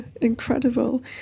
incredible